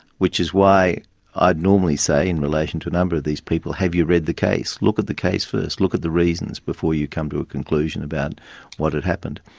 which is why i'd normally say in relation to a number of these people have you read the case? look at the case first, look at the reasons before you come to a conclusion about what had happened.